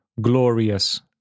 glorious